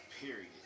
period